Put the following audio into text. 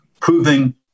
proving